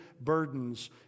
burdens